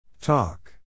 Talk